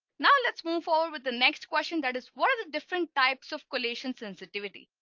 now. let's move forward with the next question that is what are the different types of collision sensitivity.